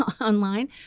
online